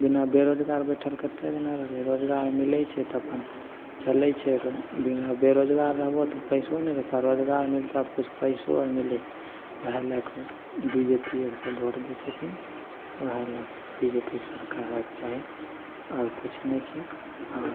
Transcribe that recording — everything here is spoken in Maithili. बिना बेरोजगार बैठल कतेक दिना रहबै रोजगार मिलै छै तऽ अप्पन चलै छै बिना बेरोजगार रहबै तऽ पइसो नहि रहतै रोजगार मिलतौ तऽ किछु पइसो आर मिलै छै वएह लैके बी जे पी केँ सभ भोट दै छथिन वएह लैके बी जे पी के सरकार होइके चाही आओर किछु नहि छै